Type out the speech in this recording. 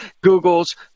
Google's